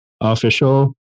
official